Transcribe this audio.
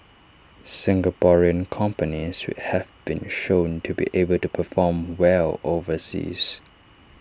Singaporean companies have been shown to be able to perform well overseas